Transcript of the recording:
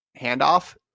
handoff